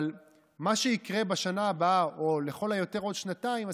אבל מה שיקרה בשנה הבאה או לכל היותר בעוד שנתיים,